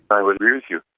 i would agree with you.